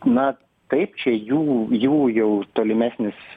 na taip čia jų jų jau tolimesnis